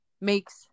makes